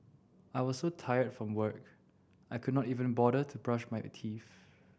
I was so tired from work I could not even bother to brush my teeth